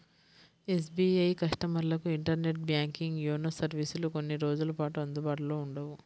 SBI కస్టమర్లకు internet banking, YONO సర్వీసులు కొన్ని రోజుల పాటు అందుబాటులో ఉండవు